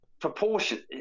proportion